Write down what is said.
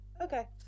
Okay